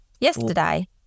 Yesterday